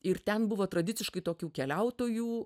ir ten buvo tradiciškai tokių keliautojų